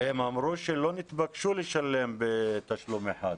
אמרו שהם לא נתבקשו לשלם בתשלום אחד.